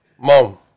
mom